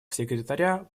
секретаря